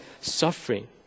suffering